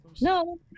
No